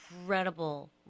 incredible